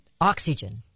oxygen